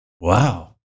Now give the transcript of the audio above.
Wow